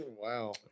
Wow